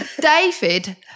David